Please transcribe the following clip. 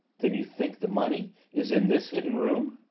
then you think the money is in this hidden room?